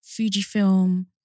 Fujifilm